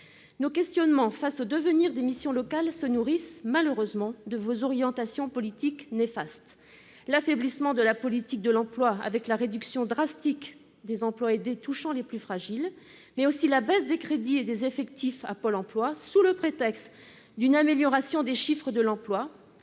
Nos questionnements face au devenir des missions locales se nourrissent, malheureusement, de vos orientations politiques néfastes : la politique de l'emploi se trouve affaiblie par la réduction drastique des emplois aidés, qui touche les plus fragiles, mais aussi par la baisse des crédits et des effectifs alloués à Pôle emploi, décidée sous le prétexte d'une amélioration des chiffres de l'emploi,